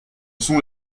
sont